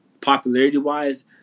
popularity-wise